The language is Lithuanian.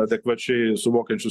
adekvačiai suvokiančius